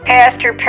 Pastor